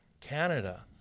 Canada